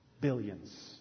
Billions